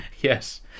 Yes